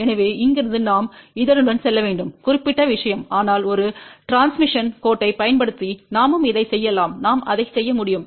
எனவே இங்கிருந்து நாம் இதனுடன் செல்ல வேண்டும் குறிப்பிட்ட விஷயம் ஆனால் ஒரு டிரான்ஸ்மிஷன் கோட்டைப் பயன்படுத்தி நாமும் இதைச் செய்யலாம் நாம் அதை செய்ய முடியும்